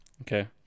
Okay